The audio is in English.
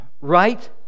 right